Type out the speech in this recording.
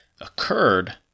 occurred